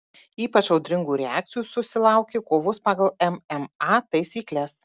ypač audringų reakcijų susilaukė kovos pagal mma taisykles